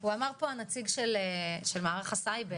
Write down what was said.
הוא אמר פה הנציג של מערך הסייבר,